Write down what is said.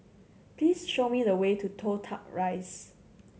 please show me the way to Toh Tuck Rise